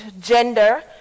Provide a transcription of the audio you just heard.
gender